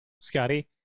Scotty